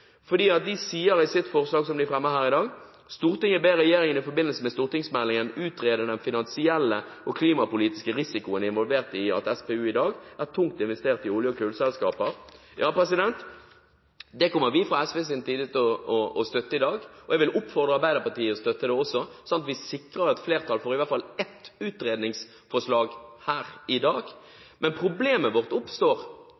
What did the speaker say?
de sier i det forslaget som de fremmer her i dag: «Stortinget ber regjeringen i forbindelse med stortingsmeldingen utrede den finansielle og klimapolitiske risikoen involvert i at SPU i dag er tungt investert i olje- og kullselskaper.» Det kommer vi fra SVs side til å støtte i dag. Jeg vil oppfordre Arbeiderpartiet til å støtte det også, sånn at vi sikrer flertall for i hvert fall ett utredningsforslag her i